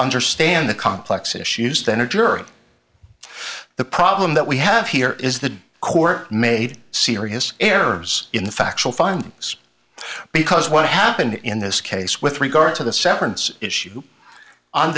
understand the complex issues than a juror the problem that we have here is the court made serious errors in the factual findings because what happened in this case with regard to the severance issue on